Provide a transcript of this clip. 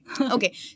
Okay